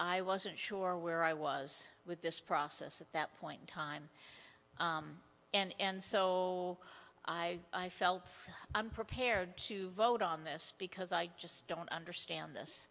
i wasn't sure where i was with this process at that point in time and so i felt i'm prepared to vote on this because i just don't understand this